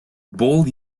bold